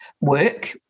work